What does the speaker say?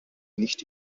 nicht